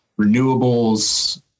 renewables